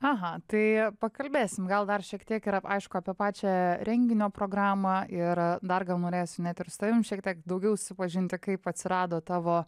aha tai pakalbėsim gal dar šiek tiek ir ap aišku apie pačią renginio programą ir dar gal norėsiu net ir su tavim šiek tiek daugiau susipažinti kaip atsirado tavo